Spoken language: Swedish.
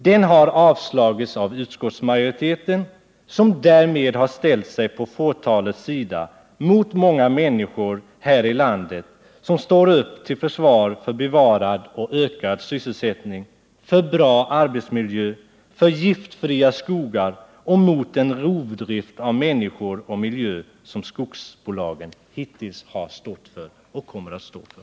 Den har avstyrkts av utskottsmajoriteten, som därmed har ställt sig på fåtalets sida mot de många människor här i landet som står upp till försvar för bevarad och ökad sysselsättning, för bra arbetsmiljö, för giftfria skogar och mot den rovdrift på människor och miljö som skogsbolagen hittills har stått för och kommer att stå för.